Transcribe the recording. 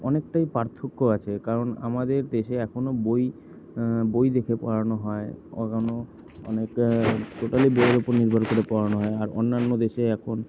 অনেকটাই পার্থক্য আছে কারণ আমাদের দেশে এখনও বই বই দেখে পড়ানো হয় পড়ানো টোটালি বইয়ের উপর নির্ভর করে পড়ানো হয় আর অন্যান্য দেশে এখন